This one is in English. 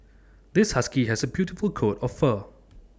this husky has A beautiful coat of fur